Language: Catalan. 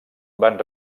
van